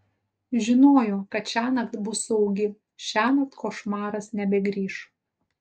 žinojo kad šiąnakt bus saugi šiąnakt košmaras nebegrįš